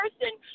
person